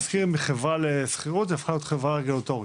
אז "דירה להשכיר" הפכה מחברה לשכירות להיות חברה רגולטורית.